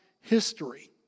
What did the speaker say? history